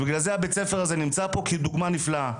ובגלל זה בית הספר הזה נמצא פה כדוגמה נפלאה.